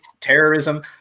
terrorism